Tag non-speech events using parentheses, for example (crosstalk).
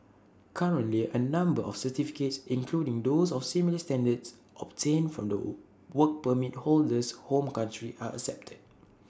currently A number of certificates including those of similar standards obtained from the (unintelligible) Work Permit holder's home country are accepted